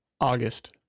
August